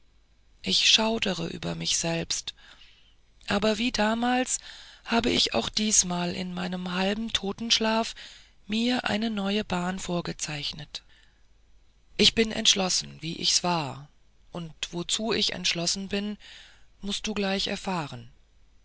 ich schaudere über mich selbst aber wie damals habe ich auch diesmal in meinem halben totenschlaf mir meine neue bahn vorgezeichnet ich bin entschlossen wie ichs war und wozu ich entschlossen bin mußt du gleich erfahren